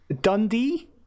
Dundee